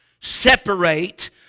separate